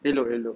elok-elok